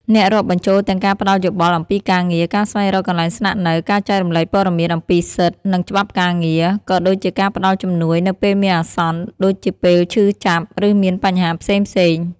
អាចរាប់បញ្ចូលទាំងការផ្ដល់យោបល់អំពីការងារ ការស្វែងរកកន្លែងស្នាក់នៅ ការចែករំលែកព័ត៌មានអំពីសិទ្ធិ និងច្បាប់ការងារ ក៏ដូចជាការផ្ដល់ជំនួយនៅពេលមានអាសន្ន ដូចជាពេលឈឺចាប់ ឬមានបញ្ហាផ្សេងៗ ។